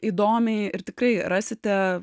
įdomiai ir tikrai rasite